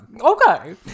Okay